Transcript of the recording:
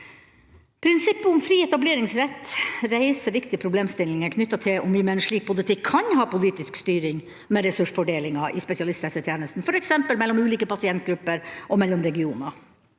Prinsippet om «fri etableringsrett» reiser viktige problemstillinger knyttet til om vi med en slik politikk kan ha politisk styring med ressursfordelinga i spesialisthelsetjenesten, f.eks. mellom ulike pasientgrupper og mellom regioner.